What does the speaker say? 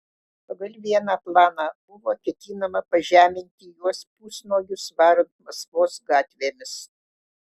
pagal vieną planą buvo ketinama pažeminti juos pusnuogius varant maskvos gatvėmis